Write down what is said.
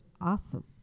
awesome